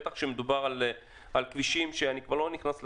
בטח עם הכבישים שיש כאן.